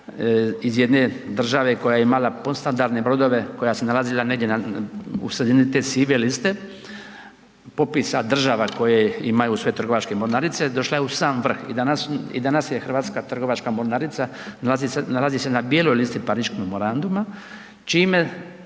iz jedne države koja je imala polustandardne brodove, koja se nalazila negdje u sredini te sive liste popisa država koje imaju svoje trgovačke mornarice, došla je u sam vrh i danas je hrvatska trgovačka mornarica nalazi se na bijeloj listi Pariškog memoranduma, čime